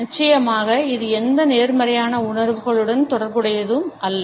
நிச்சயமாக இது எந்த நேர்மறையான உணர்வுகளுடன் தொடர்புடையது அல்ல